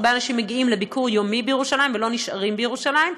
הרבה אנשים מגיעים לביקור יומי בירושלים ולא נשארים בירושלים,